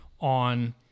on